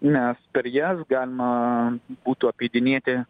nes per jas galima būtų apeidinėti